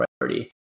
priority